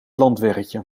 landweggetje